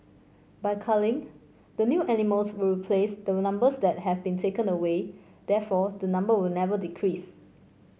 by culling the new animals will replace the numbers that have been taken away therefore the number will never decrease